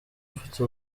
mfite